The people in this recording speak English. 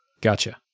Gotcha